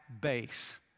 base